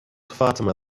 fatima